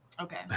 Okay